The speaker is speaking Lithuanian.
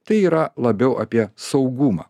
tai yra labiau apie saugumą